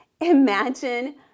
imagine